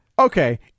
Okay